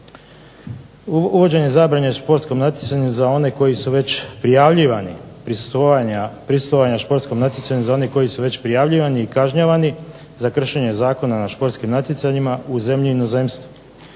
prisustvovanja športskom natjecanju za one koji su već prijavljivani i kažnjavani za kršenje zakona na športskim natjecanjima u zemlji i inozemstvu.